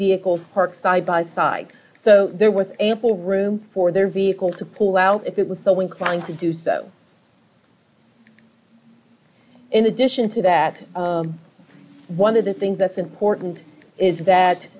vehicles parked side by side so there with ample room for their vehicle to pull out if it was so inclined to do so in addition to that one of the things that's important is